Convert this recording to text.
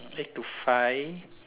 eight to five